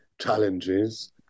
challenges